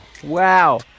Wow